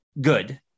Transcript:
good